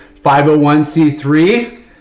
501c3